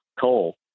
coal